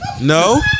no